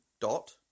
Dot